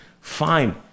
fine